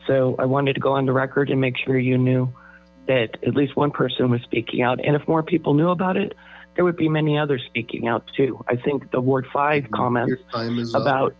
so i wanted to go on the record and make sure you knew that at least one person was speaking out and if more people knew about it there would be many others speaking out too i think the word five comments